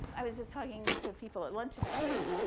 i was just talking to people at lunch about this.